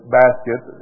basket